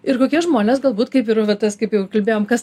ir kokie žmonės galbūt kaip ir va tas kaip jau kalbėjom kas